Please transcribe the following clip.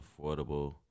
Affordable